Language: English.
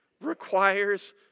requires